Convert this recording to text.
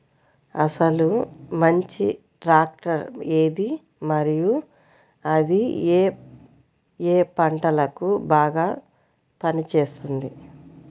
అసలు మంచి ట్రాక్టర్ ఏది మరియు అది ఏ ఏ పంటలకు బాగా పని చేస్తుంది?